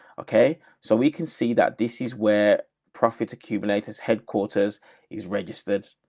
okay. so we can see that this is where profit accumulators headquarters is registered.